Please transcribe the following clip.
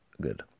Good